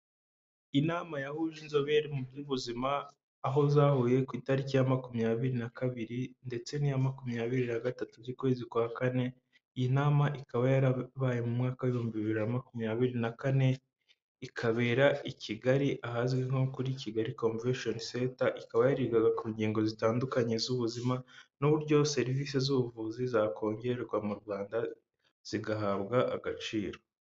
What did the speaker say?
Inama yahuje inzobere mu by'ubuzima aho zahuye ku itariki ya makumyabiri na kabiri ndetse n'iya makumyabiri na gatatu z'ukwezi kwa kane, iyi nama ikaba yarabaye mu mwaka w'ibihumbi biri na makumyabiri na kane, ikabera i Kigali ahazwi nko kuri Kigali Convention Center, ikaba yarigaga ku ngingo zitandukanye z'ubuzima n'uburyo serivisi z'ubuvuzi zakongerwa mu Rwanda zigahabwa agaciro.